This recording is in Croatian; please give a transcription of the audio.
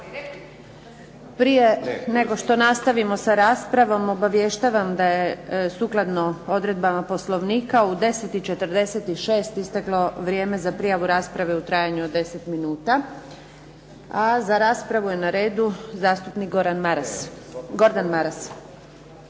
Prije nego što nastavimo sa raspravom obavještavam da je sukladno odredbama Poslovnika u 10,46 isteklo vrijeme za prijavu rasprave u trajanju od 10 minuta. A za raspravu je na redu zastupnik Gordan Maras.